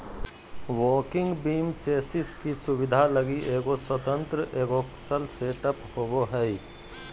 walking beam chassis की सुबिधा लगी एगो स्वतन्त्र एगोक्स्ल सेटअप होबो हइ